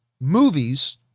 Movies